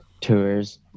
tours